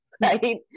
right